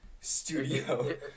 Studio